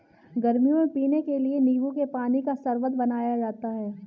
गर्मियों में पीने के लिए नींबू के पानी का शरबत बनाया जाता है